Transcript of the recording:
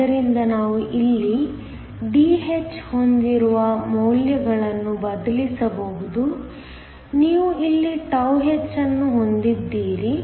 ಆದ್ದರಿಂದ ನಾವು ಇಲ್ಲಿDh ಹೊಂದಿರುವ ಮೌಲ್ಯಗಳನ್ನು ಬದಲಿಸಬಹುದು ನೀವು ಇಲ್ಲಿ τh ಅನ್ನು ಹೊಂದಿದ್ದೀರಿ